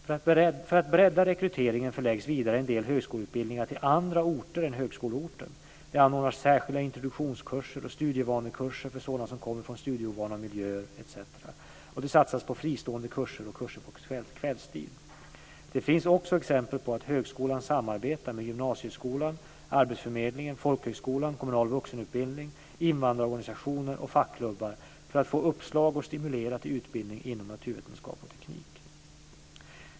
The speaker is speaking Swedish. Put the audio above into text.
För att bredda rekryteringen förläggs vidare en del högskoleutbildningar till andra orter än högskoleorten, det anordnas särskilda introduktionskurser och studievanekurser för sådana som kommer från studieovana miljöer etc. och det satsas på fristående kurser och kurser på kvällstid. Det finns också exempel på att högskolan samarbetar med gymnasieskolan, arbetsförmedlingen, folkhögskolan, kommunal vuxenutbildning, invandrarorganisationer och fackklubbar för att få uppslag och stimulera till utbildning inom naturvetenskap och teknik.